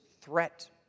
threat